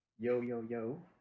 Yo-yo-yo